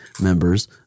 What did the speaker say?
members